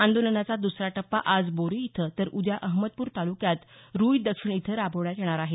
आंदोलनाचा दसरा टप्पा आज बोरी इथं तर उद्या अहमदपूर तालुक्यात रुई दक्षिण इथं राबवण्यात येणार आहे